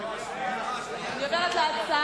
אני עוברת לנושא